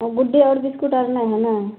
और good day और biscuit और नहीं है ना